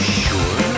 sure